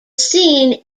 scene